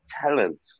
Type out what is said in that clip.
talent